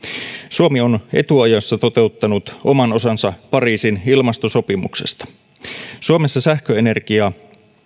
suomi on etuajassa toteuttanut oman osansa pariisin ilmastosopimuksesta suomessa sähköenergiaa